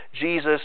Jesus